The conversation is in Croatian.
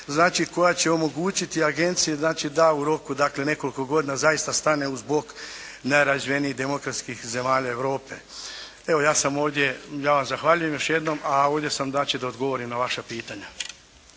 koja će omogućiti agenciji da u roku nekoliko godina zaista stane uz bok najrazvijenijih demokratskih zemalja Europe. Evo, ja sam ovdje, ja vam zahvaljujem još jednom. A ovdje sam znači da odgovorim na vaša pitanja.